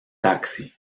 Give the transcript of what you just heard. taxi